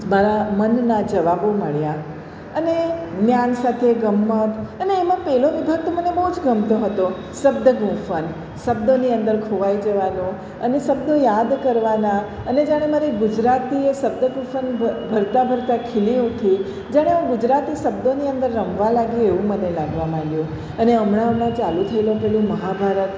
મારા મનના જવાબો મળ્યા અને જ્ઞાન સાથે ગમ્મત અને એમાં પેલો વિભાગ તો મને બહુ જ ગમતો હતો શબ્દગુફન શબોની શબ્દોની અંદર ખોવાઈ જવાનું અને શબ્દો યાદ કરવાના અને જાણે મારી ગુજરાતીએ શબ્દગુફન ભરતા ભરતા ખીલી ઉઠી જાણે હું ગુજરાતી શબ્દોની અંદર રમવા લાગી એવું મને લાગવા માંડ્યું અને હમણાં હમણાં ચાલુ થએલો પેલું મહાભારત